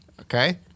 Okay